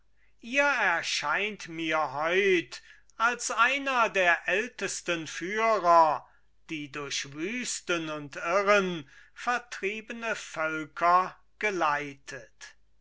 ihr erscheint mir heut als einer der ältesten führer die durch wüsten und irren vertriebene völker geleitet